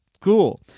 cool